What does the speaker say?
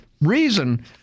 reason